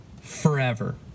forever